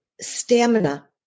stamina